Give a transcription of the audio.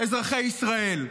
אזרחי ישראל.